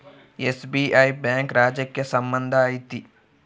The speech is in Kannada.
ಎಸ್.ಬಿ.ಐ ಬ್ಯಾಂಕ್ ರಾಜ್ಯಕ್ಕೆ ಸಂಬಂಧ ಐತಿ